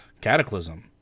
cataclysm